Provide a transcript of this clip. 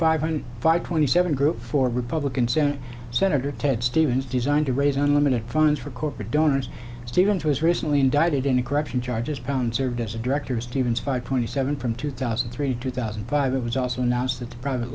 hundred five twenty seven group for republican senate senator ted stevens designed to raise unlimited funds for corporate donors stevens was recently indicted in the corruption charges pound served as a director stevens five twenty seven from two thousand and three two thousand and five it was also announced that the private